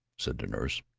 said the nurse.